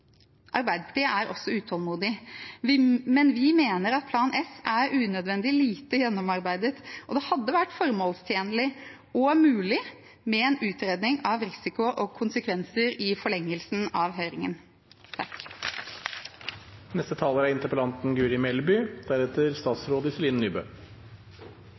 Arbeiderpartiet er utålmodig, men vi mener Plan S er unødvendig lite gjennomarbeidet. Det hadde vært formålstjenlig og mulig med en utredning av risiko og konsekvenser i forlengelsen av høringen.